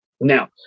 Now